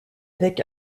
avec